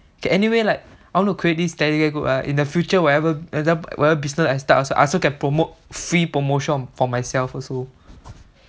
okay anyway like I want to create this telegram group right in the future whatever whatever business I start ah I also can promote free promotions for myself also